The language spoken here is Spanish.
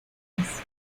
águilas